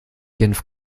genf